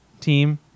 team